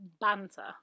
banter